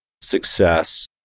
success